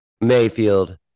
Mayfield